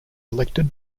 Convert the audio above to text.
elected